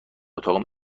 اتاقم